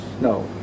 No